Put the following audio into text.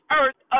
earth